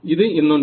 இது இன்னொன்று